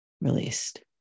released